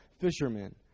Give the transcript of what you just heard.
fishermen